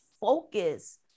focus